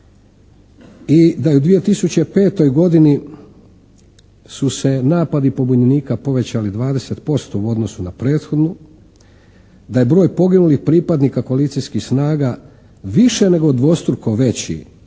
i da je u 2005. godini su se napadi pobunjenika povećali 20% u odnosu na prethodnu, da je broj poginulih pripadnika koalicijskih snaga više nego dvostruko veći